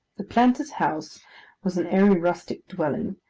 the planter's house was an airy, rustic dwelling,